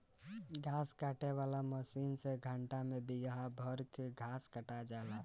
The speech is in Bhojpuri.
घास काटे वाला मशीन से घंटा में बिगहा भर कअ घास कटा जाला